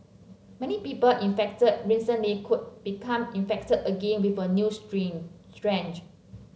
many people infected recently could become infected again with a new strain strange